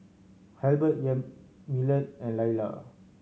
Halbert Yamilet and Lailah